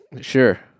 Sure